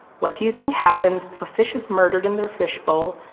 what do you think happens if a fish is murdered in their fishbowl,